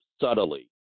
subtly